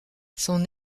son